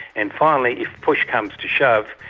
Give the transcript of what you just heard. and finally, if push comes to shove,